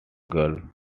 girl